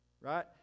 right